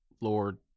Lord